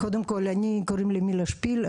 קוראים לי מילה שפיל,